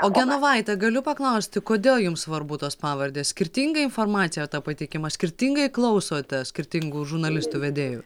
o genovaite galiu paklausti kodėl jums svarbu tos pavardės skirtinga informacija pateikiama skirtingai klausot skirtingų žurnalistų vedėjų